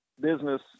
business